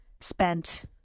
spent